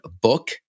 book